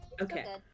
Okay